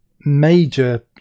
major